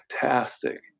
fantastic